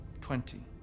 Twenty